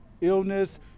illness